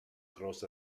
cross